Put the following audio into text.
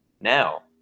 now